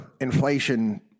inflation